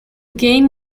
game